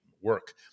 work